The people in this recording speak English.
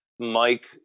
Mike